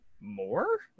more